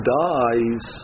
dies